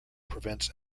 prevents